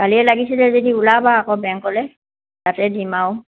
কালিয়ে লাগিছিলে যদি ওলাবা আকৌ বেংকলে তাতে দিম আৰু